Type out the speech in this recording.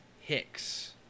Hicks